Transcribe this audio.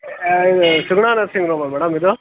ಇದು ಸುಗುಣಾ ನರ್ಸಿಂಗ್ ಹೋಮಾ ಮೇಡಮ್ ಇದು